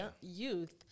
youth